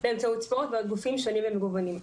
באמצעות ספורט, וגופים שונים ומגוונים.